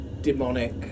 demonic